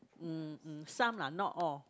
mm some lah not all